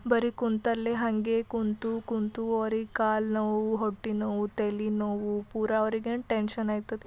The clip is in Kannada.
ಬರೀ ಕುಂತಲ್ಲೆ ಹಾಗೆ ಕೂತು ಕೂತು ಅವ್ರಿಗೆ ಕಾಲು ನೋವು ಹೊಟ್ಟೆ ನೋವು ತಲೆ ನೋವು ಪೂರ ಅವ್ರಿಗೆ ಏನು ಟೆನ್ಶನ್ ಆಯ್ತದ